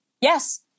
Yes